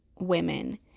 women